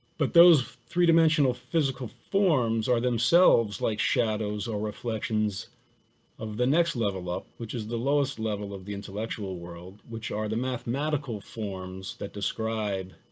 but those three dimensional physical forms are themselves like shadows or reflections of the next level up, which is the lowest level of the intellectual world, which are the mathematical forms that describe